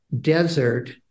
desert